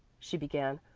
she began.